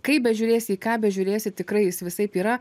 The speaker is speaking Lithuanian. kaip bežiūrėsi į ką bežiūrėsi tikrai jis visaip yra